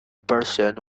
persons